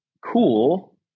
cool